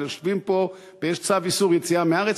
יושבים פה ויש צו איסור יציאה מהארץ.